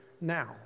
now